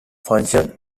functioned